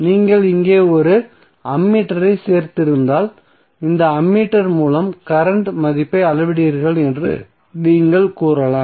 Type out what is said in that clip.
நீங்கள் இங்கே ஒரு அம்மீட்டரைச் சேர்த்திருந்தால் இந்த அம்மீட்டர் மூலம் கரண்ட் மதிப்பை அளவிடுகிறீர்கள் என்று நீங்கள் கூறலாம்